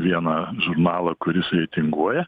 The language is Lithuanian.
vieną žurnalą kuris reitinguoja